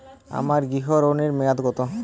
আমার গৃহ ঋণের মেয়াদ কত?